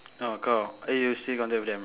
oh kau eh you still contact with them